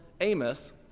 Amos